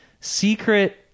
secret